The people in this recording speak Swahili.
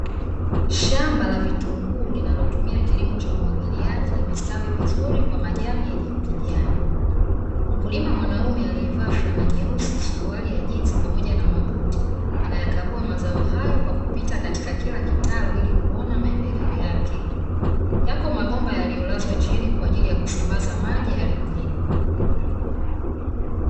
Shamba la vitunguu linalotumia kilimo cha umwagiliaji limestawi vizuri kwa majani yenye ukijani. Mkulima mwanaume aliyevaa fulana nyeusi, suruali ya jinzi pamoja na mabuti, anayakagua mazao hayo kwa kupita katika kila kitalu ili kuona maendeleo yake. Yako mabomba yaliyolazwa chini kwa ajili ya kusambaza maji ardhini.